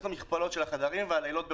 את המכפלות של מספר החדרים והלילות בחודש.